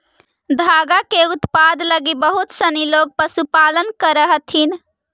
धागा के उत्पादन लगी बहुत सनी लोग पशुपालन करऽ हथिन